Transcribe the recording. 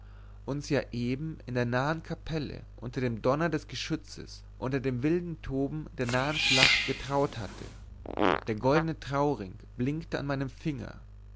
uns ja eben in der nahen kapelle unter dem donner des geschützes unter dem wilden toben der nahen schlacht getraut hatte der goldne trauring blinkte an meinem finger